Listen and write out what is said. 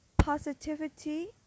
positivity